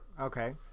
Okay